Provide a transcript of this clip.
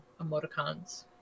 emoticons